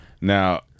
Now